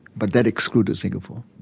but that excluded singapore.